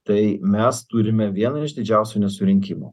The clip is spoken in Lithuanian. tai mes turime vieną iš didžiausių nesurinkimų